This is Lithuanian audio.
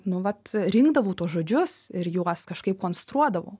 nu vat rinkdavau tuos žodžius ir juos kažkaip konstruodavau